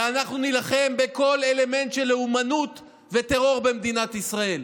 ואנחנו נילחם בכל אלמנט של לאומנות וטרור במדינת ישראל.